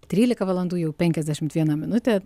trylika valandų jau penkiasdešimt viena minutė